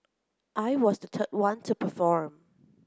I was the third one to perform